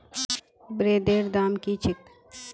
ब्रेदेर दाम की छेक